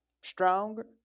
stronger